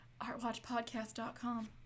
artwatchpodcast.com